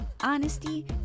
honesty